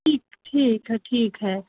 ठीक ठीक है ठीक है